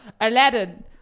Aladdin